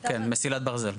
כן, מסילת ברזל.